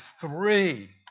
three